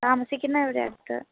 താമസിക്കുന്നത് എവിടെയാണ് അടുത്ത്